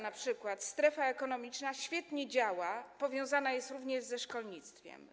Na przykład tczewska strefa ekonomiczna świetnie działa, powiązana jest również ze szkolnictwem.